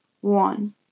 One